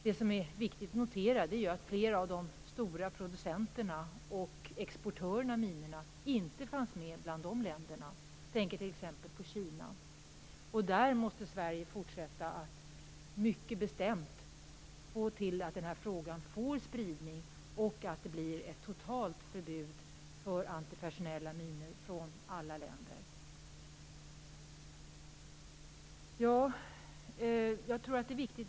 Det är viktigt att notera att flera av de stora producenterna och exportörerna av minor inte fanns med bland de länderna. Jag tänker t.ex. på Kina. I det fallet måste Sverige fortsätta att arbeta mycket bestämt och se till att frågan får spridning och att det blir ett totalt förbud för antipersonella minor i alla länder.